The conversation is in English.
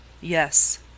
yes